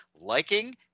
liking